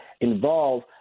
involve